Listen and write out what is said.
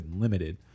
Limited